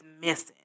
missing